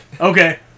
Okay